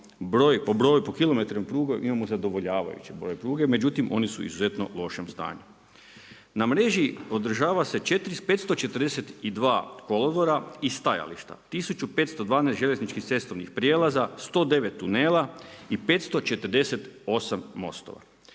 broj, po kilometrima pruge imamo zadovoljavajući broj pruge. Međutim, one su u izuzetno lošem stanju. Na mreži održava se 542 kolodvora i stajališta. 1512 željezničkih i cestovnih prijelaza, 109 tunela i 548 mostova.